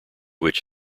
which